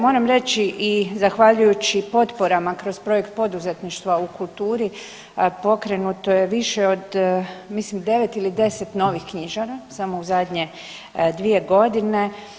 Moram reći i zahvaljujući potporama kroz projekt poduzetništva u kulturi pokrenuto je više od mislim 9 ili 10 novih knjižara samo u zadnje dvije godine.